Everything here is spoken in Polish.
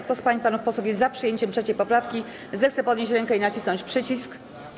Kto z pań i panów posłów jest za przyjęciem 3. poprawki, zechce podnieść rękę i nacisnąć przycisk.